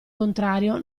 contrario